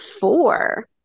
four